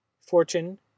Fortune